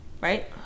Right